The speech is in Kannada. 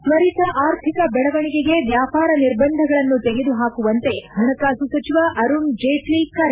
ತ್ವರಿತ ಆರ್ಥಿಕ ದೆಳವಣಿಗೆಗೆ ವ್ಯಾಪಾರ ನಿರ್ಬಂಧಗಳನ್ನು ತೆಗೆದುಹಾಕುವಂತೆ ಹಣಕಾಸು ಸಚಿವ ಅರುಣ್ ಜೇಟ್ಲ ಕರೆ